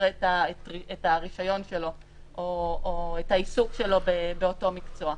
את הרישיון שלו או את העיסוק שלו באותו מקצוע.